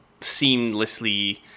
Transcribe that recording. seamlessly